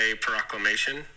proclamation